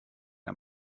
der